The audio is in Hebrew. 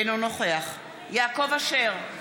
אינו נוכח יעקב אשר,